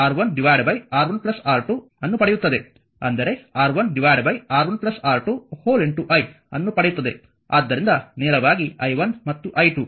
ಆದ್ದರಿಂದ ಈ ಸಮೀಕರಣವನ್ನು R2 ರಿಂದ ಭಾಗಿಸಿ R1R1 R2 ಅನ್ನು ಪಡೆಯುತ್ತದೆ ಅಂದರೆ R1R1 R2 i ಅನ್ನು ಪಡೆಯುತ್ತದೆ ಆದ್ದರಿಂದ ನೇರವಾಗಿ i1 ಮತ್ತು i2